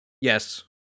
Yes